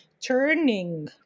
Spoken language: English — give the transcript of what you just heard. turning